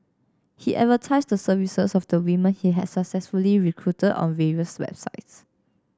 he advertised the services of the women he had successfully recruited on various websites